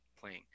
playing